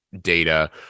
data